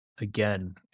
again